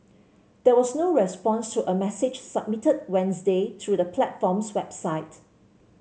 there was no response to a message submitted Wednesday through the platform's website